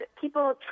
people